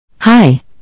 Hi